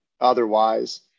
otherwise